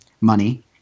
money